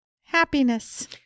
happiness